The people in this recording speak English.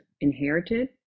inherited